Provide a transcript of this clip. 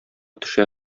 төшә